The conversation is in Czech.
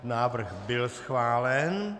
Návrh byl schválen.